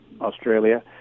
Australia